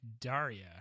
Daria